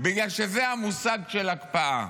בגלל שזה המושג של הקפאה.